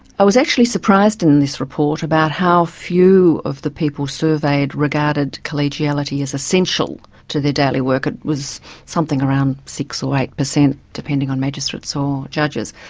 i was actually surprised in this report about how few of the people surveyed regarded collegiality as essential to their daily work. it was something around six percent or eight percent, depending on magistrates or judges.